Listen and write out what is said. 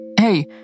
Hey